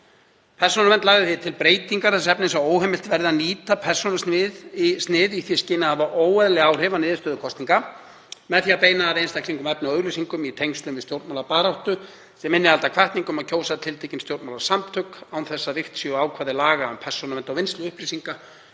Persónuvernd til breytingu þess efnis að óheimilt verði að nýta persónusnið í því skyni að hafa óeðlileg áhrif á niðurstöður kosninga með því að beina að einstaklingum efni og auglýsingum í tengslum við stjórnmálabaráttu sem innihalda hvatningu um að kjósa tiltekin stjórnmálasamtök, án þess að virt séu ákvæði laga um persónuvernd og vinnslu persónuupplýsinga,